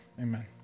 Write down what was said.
Amen